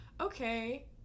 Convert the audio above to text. okay